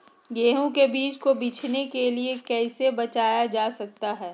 गेंहू के बीज को बिझने से कैसे बचाया जा सकता है?